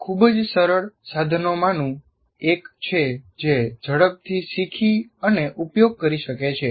તે ખૂબ જ સરળ સાધનોમાંનું એક છે જે ઝડપથી શીખી અને ઉપયોગ કરી શકે છે